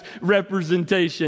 representation